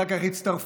אחר כך הצטרפו,